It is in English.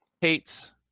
hates